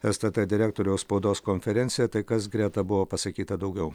stt direktoriaus spaudos konferenciją tai kas greta buvo pasakyta daugiau